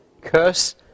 curse